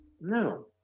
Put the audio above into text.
no